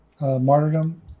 martyrdom